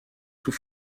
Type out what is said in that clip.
sous